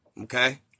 Okay